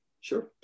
Sure